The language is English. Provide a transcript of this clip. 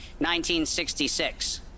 1966